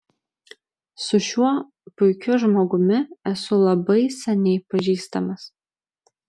su šiuo puikiu žmogumi esu labai seniai pažįstamas